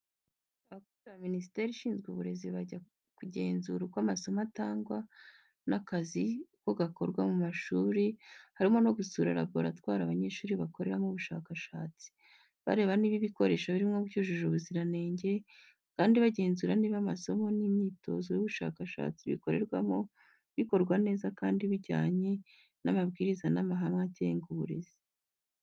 Abakozi ba Minisiteri ishinzwe Uburezi bajya kugenzura uko amasomo atangwa n'akazi uko gakorwa mu mashuri, harimo no gusura laboratwari abanyeshuri bakoreramo ubushakashatsi. Bareba niba ibikoresho birimo byujuje ubuziranenge, kandi bagenzura niba amasomo n'imyitozo y'ubushakashatsi bikorerwamo bikorwa neza kandi bijyanye n'amabwiriza n'amahame agenga uburezi.